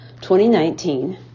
2019